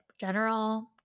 general